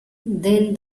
then